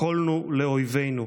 יכולנו לאויבינו.